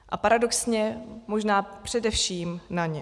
A paradoxně možná především na ně.